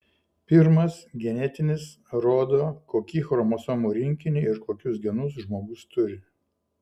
pirmas genetinis rodo kokį chromosomų rinkinį ir kokius genus žmogus turi